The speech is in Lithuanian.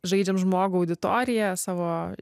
žaidžiam žmogų auditorija savo